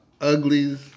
uglies